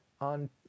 on